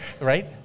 Right